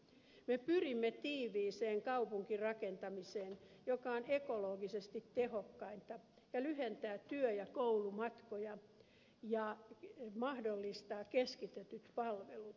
me pyrimme tiiviiseen kaupunkirakentamiseen joka on ekologisesti tehokkainta ja lyhentää työ ja koulumatkoja ja mahdollistaa keskitetyt palvelut